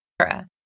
era